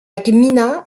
gmina